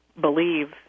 believe